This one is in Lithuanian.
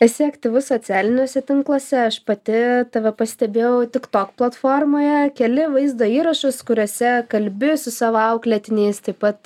esi aktyvus socialiniuose tinkluose aš pati tave pastebėjau tik tok platformoje keli vaizdo įrašus kuriuose kalbi su savo auklėtiniais taip pat